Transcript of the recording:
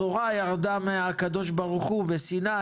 התורה ירדה מהקדוש ברוך הוא בסיני,